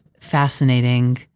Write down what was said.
fascinating